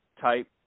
type